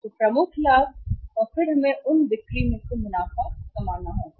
तो प्रमुख लाभ प्रमुख लाभ और फिर हमें उन बिक्री में से मुनाफा कमाना होगा